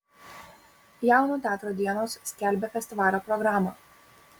jauno teatro dienos skelbia festivalio programą